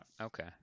okay